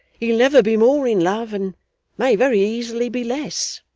he'll never be more in love, and may very easily be less